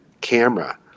camera